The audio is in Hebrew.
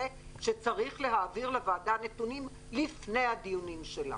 שצריך להעביר לוועדה נתונים לפני הדיונים שלה.